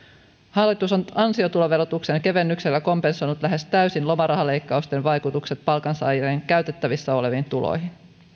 hallitus on ansiotuloverotuksen kevennyksellä kompensoinut lähes täysin lomarahaleikkausten vaikutukset palkansaajien käytettävissä oleviin tuloihin